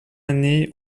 année